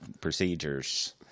Procedures